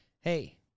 Hey